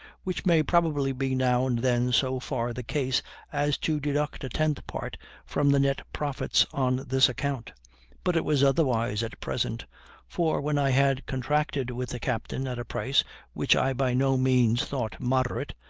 which may probably be now and then so far the case as to deduct a tenth part from the net profits on this account but it was otherwise at present for when i had contracted with the captain at a price which i by no means thought moderate,